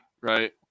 right